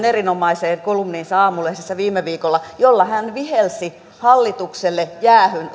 erinomaiseen kolumniinsa aamulehdessä viime viikolla jolla hän vihelsi hallitukselle jäähyn